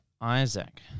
Isaac